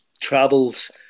travels